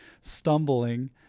stumbling